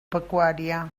pecuària